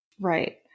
Right